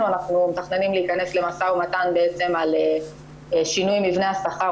אנחנו מתכננים להיכנס למשא ומתן על שינוי מבנה השכר,